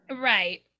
right